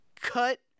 cut